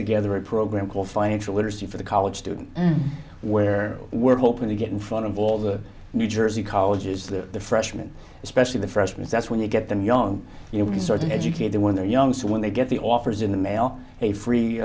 together a program called financial literacy for the college student where we're hoping to get in front of all the new jersey colleges the freshman especially the freshman that's when you get them young you can start to educate them when they're young so when they get the offers in the mail a free